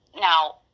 now